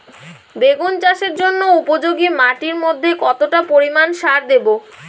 বেগুন চাষের জন্য উপযোগী মাটির মধ্যে কতটা পরিমান সার দেব?